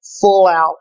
full-out